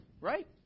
right